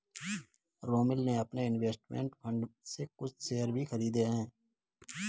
रोमिल ने अपने investment fund से कुछ शेयर भी खरीदे है